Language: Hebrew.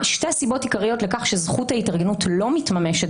שתי הסיבות העיקריות לכך שזכות ההתארגנות לא מתממשת